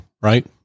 Right